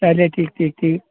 چلیے ٹھیک ٹھیک ٹھیک